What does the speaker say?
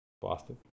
Boston